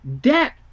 debt